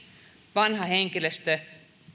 vanha henkilöstö